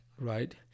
right